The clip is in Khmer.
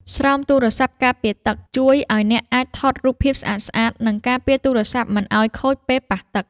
ស្រោមទូរស័ព្ទការពារទឹក ជួយឱ្យអ្នកអាចថតរូបភាពស្អាតៗ និងការពារទូរស័ព្ទមិនឱ្យខូចពេលប៉ះទឹក។